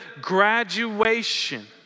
graduation